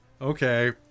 okay